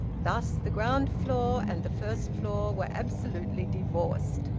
thus the ground-floor and the first-floor were absolutely divorced,